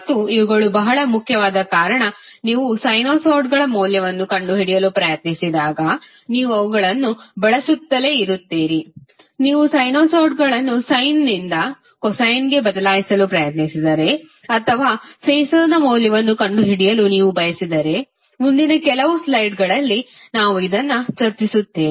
ಮತ್ತು ಇವುಗಳು ಬಹಳ ಮುಖ್ಯವಾದ ಕಾರಣ ನೀವು ಸೈನುಸಾಯ್ಡ್ಗಳ ಮೌಲ್ಯವನ್ನು ಕಂಡುಹಿಡಿಯಲು ಪ್ರಯತ್ನಿಸಿದಾಗ ನೀವು ಅವುಗಳನ್ನು ಬಳಸುತ್ತಲೇ ಇರುತ್ತೀರಿ ನೀವು ಸೈನುಸಾಯ್ಡ್ಗಳನ್ನು ಸಯ್ನ್ ದಿಂದ ಕೊಸೈನ್ಗೆ ಬದಲಾಯಿಸಲು ಬಯಸಿದರೆ ಅಥವಾ ಫಾಸರ್ನ ಮೌಲ್ಯವನ್ನು ಕಂಡುಹಿಡಿಯಲು ನೀವು ಬಯಸಿದರೆ ಮುಂದಿನ ಕೆಲವು ಸ್ಲೈಡ್ಗಳಲ್ಲಿ ನಾವು ಇದನ್ನು ಚರ್ಚಿಸುತ್ತೇವೆ